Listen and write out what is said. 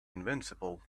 invincible